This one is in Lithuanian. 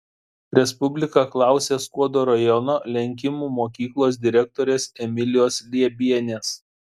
respublika klausė skuodo rajono lenkimų mokyklos direktorės emilijos liebienės